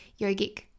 yogic